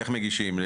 איך מגישים,